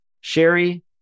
Sherry